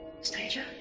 Stranger